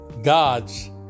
God's